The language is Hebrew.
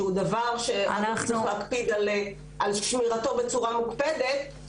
שהוא דבר שצריך להקפיד על שמירתו בצורה מוקפדת,